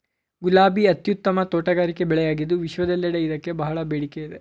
ಗುಲಾಬಿ ಅತ್ಯುತ್ತಮ ತೋಟಗಾರಿಕೆ ಬೆಳೆಯಾಗಿದ್ದು ವಿಶ್ವದೆಲ್ಲೆಡೆ ಇದಕ್ಕೆ ಬಹಳ ಬೇಡಿಕೆ ಇದೆ